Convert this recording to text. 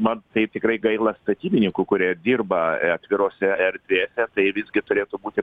man taip tikrai gaila statybininkų kurie dirba atvirose erdvėse tai visgi turėtų būti